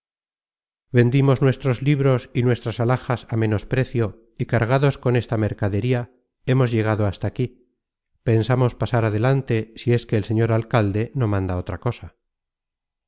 vendimos nuestros libros y nuestras alhajas á menos precio y cargados con esta mercadería hemos llegado hasta aquí pensamos pasar adelante si es que el señor alcalde no manda otra cosa